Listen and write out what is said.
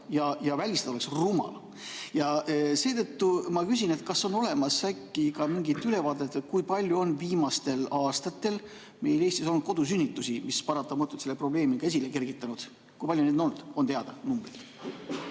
seda välistada oleks rumal. Seetõttu ma küsin, kas on olemas äkki ka mingit ülevaadet, kui palju on viimastel aastatel meil Eestis olnud kodusünnitusi, mis paratamatult on selle probleemi esile kergitanud. Kui palju neid on olnud, on teada,